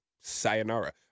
Sayonara